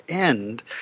end